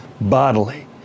bodily